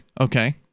Okay